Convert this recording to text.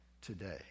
today